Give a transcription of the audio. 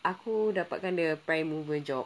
aku dapatkan dia prime mover job